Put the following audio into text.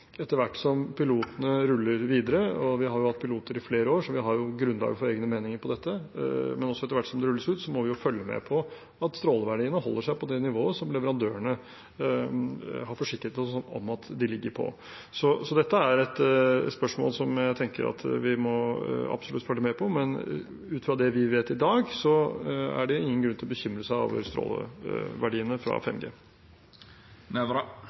etter hvert som pilotene ruller videre – vi har hatt piloter i flere år, så vi har grunnlag for å ha egne meninger om dette – følge med på at stråleverdiene holder seg på det nivået som leverandørene har forsikret oss om at de ligger på. Dette er et spørsmål jeg tenker vi absolutt må følge med på, men ut fra det vi vet i dag, er det ingen grunn til å bekymre seg over stråleverdiene fra